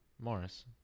Morris